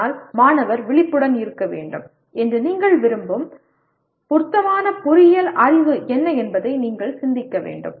ஆனால் மாணவர் விழிப்புடன் இருக்க வேண்டும் என்று நீங்கள் விரும்பும் பொருத்தமான பொறியியல் அறிவு என்ன என்பதை நீங்கள் சிந்திக்க வேண்டும்